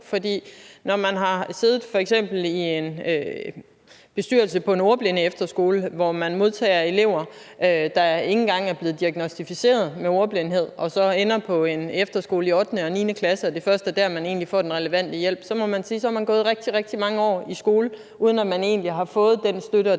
man, når man f.eks. har siddet i en bestyrelse på en ordblindeefterskole, hvor man modtager elever, der ikke engang er blevet diagnosticeret med ordblindhed og så ender på en efterskole i 8. og 9. klasse. Og når det først er dér, de egentlig får den relevante hjælp, må man sige, at så har de gået rigtig, rigtig mange år i skole, uden at de har fået den støtte og